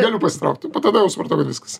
galiu pasitraukti po tada jau supratau kad viskas